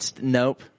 Nope